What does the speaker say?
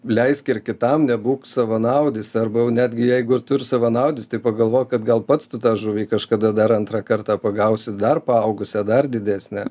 leisk ir kitam nebūk savanaudis arba jau netgi jeigu ir tu ir savanaudis tai pagalvok kad gal pats tu tą žuvį kažkada dar antrą kartą pagausi dar paaugusią dar didesnę